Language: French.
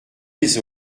les